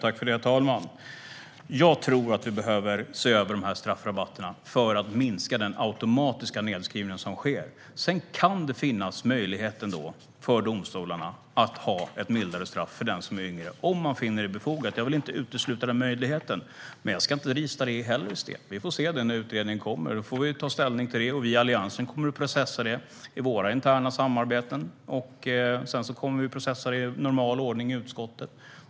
Herr talman! Jag tror att vi behöver se över straffrabatterna för att minska den automatiska nedskrivning som sker. Sedan kan det ändå finnas möjlighet för domstolorna att ge ett mildare straff till den som är yngre, om man finner det befogat. Jag vill inte utesluta den möjligheten, men jag ska inte heller rista det i sten. Vi får se när utredningen kommer och ta ställning till detta då. Vi i Alliansen kommer att processa det i våra interna samarbeten, och sedan kommer vi att processa det i normal ordning i utskottet.